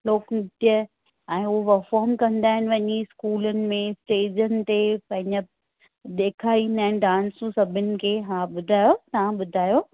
लोकनृत्य ऐं उहो परफॉर्म कंदा आहिनि वञी इस्कूलनि में स्टेजनि ते पंहिंजा ॾेखाईंदा आहिनि डांस सभिनि खे हा ॿुधायो तव्हां ॿुधायो